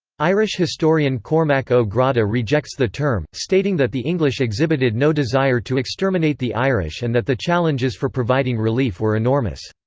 irish historian cormac o' grada rejects the term, stating that the english exhibited no desire to exterminate the irish and that the challenges for providing relief were enormous.